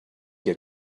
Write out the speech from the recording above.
your